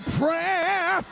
prayer